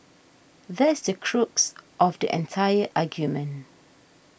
that's the crux of the entire argument